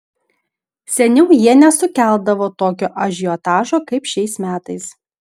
seniau jie nesukeldavo tokio ažiotažo kaip šiais metais